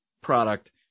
product